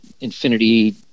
infinity